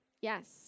Yes